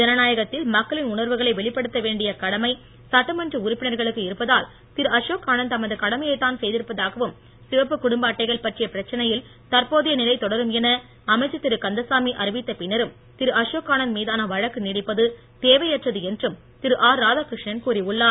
ஜனநாயகத்தில் மக்களின் உணர்வுகளை வெளிப்படுத்த வேண்டிய கடமை சட்டமன்ற உறுப்பினர்களுக்கு இருப்பதால் திரு அசோக் ஆனந்த் தமது கடமையைத் தான் செய்திருப்பதாகவும் சிவப்பு குடும்ப அட்டைகள் பற்றிய பிரச்சனையில் தற்போதைய நிலை தொடரும் என அமைச்சர் திரு கந்தசாமி அறிவித்த பின்னரும் திரு அசோக் ஆனந்த மீதான வழக்கு நீடிப்பது தேவையற்றது என்றும் திரு ஆர் ராதாகிருஷ்ணன் கூறி உள்ளார்